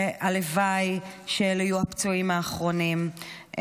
והלוואי שאלה יהיו הפצועים האחרונים.